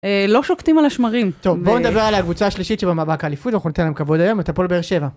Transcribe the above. לא שוקטים על השמרים. טוב, בואו נדבר על הקבוצה השלישית שבמאבק האליפוד, אנחנו ניתן להם כבוד היום, את הפועל באר שבע.